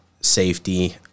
safety